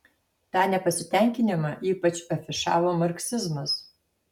tą nepasitenkinimą ypač afišavo marksizmas